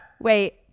wait